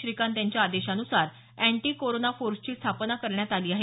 श्रीकांत यांच्या आदेशानुसार anti corona फोर्सची स्थापना करण्यात आली आहे